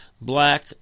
black